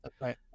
Right